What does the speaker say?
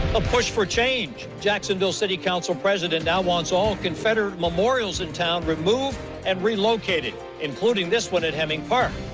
a push pour change. jacksonville city council president now wants all confederate memorials in town removed and relocated, including this one at hemming park.